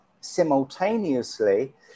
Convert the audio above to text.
simultaneously